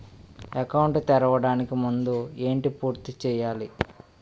Account తెరవడానికి ముందు ఏంటి పూర్తి చేయాలి?